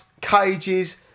cages